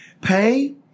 Pay